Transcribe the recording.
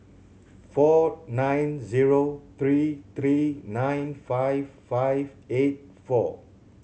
four nine zero three three nine five five eight four